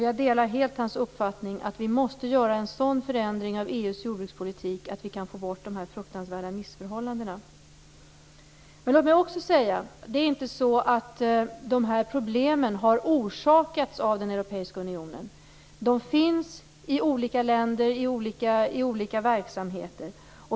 Jag delar helt hans uppfattning att vi måste göra en sådan förändring av EU:s jordbrukspolitik att vi kan få bort dessa fruktansvärda missförhållanden. Det är inte så att de här problemen har orsakats av den europeiska unionen. De finns i olika länder i olika verksamheter.